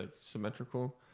symmetrical